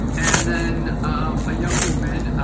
and then a young woman,